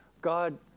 God